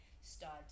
start